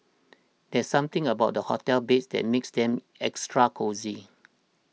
there's something about the hotel beds that makes them extra cosy